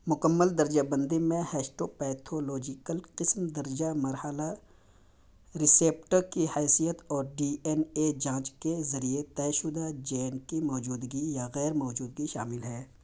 مکمل درجہ بندی میں ہسٹوپیتھولوجیکل قسم درجہ مرحلہ رسیپٹر کی حیثیت اور ڈی این اے جانچ کے ذریعے طے شدہ جین کی موجودگی یا غیر موجودگی شامل ہے